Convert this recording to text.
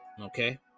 okay